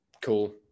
Cool